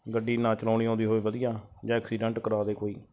ਗੱਡੀ ਨਾ ਚਲਾਉਣੀ ਆਉਂਦੀ ਹੋਵੇ ਵਧੀਆ ਜਾਂ ਐਕਸੀਡੈਂਟ ਕਰਾ ਦੇ ਕੋਈ